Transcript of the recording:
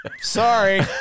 Sorry